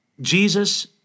Jesus